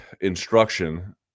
instruction